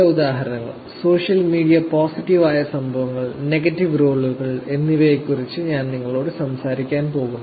ചില ഉദാഹരണങ്ങൾ social media positive ആയ സംഭവങ്ങൾ നെഗറ്റീവ് റോളുകൾ എന്നിവയെക്കുറിച്ച് ഞാൻ നിങ്ങളോട് സംസാരിക്കാൻ പോകുന്നു